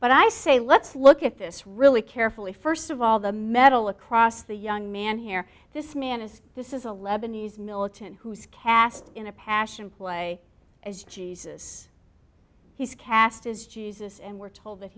but i say let's look at this really carefully first of all the metal across the young man here this man is this is a lebanese militant who is cast in a passion play as jesus he's cast as jesus and we're told that